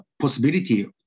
possibility